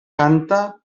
canta